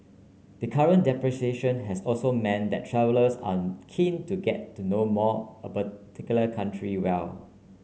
the current depreciation has also meant that travellers are keen to get to know more about particular country well